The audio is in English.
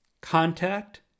contact